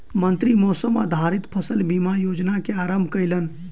मंत्री मौसम आधारित फसल बीमा योजना के आरम्भ केलैन